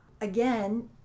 again